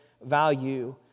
value